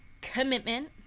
commitment